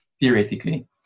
theoretically